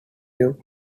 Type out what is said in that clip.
job